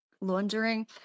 laundering